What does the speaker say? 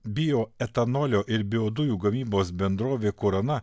bioetanolio ir biodujų gamybos bendrovė kurana